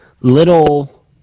little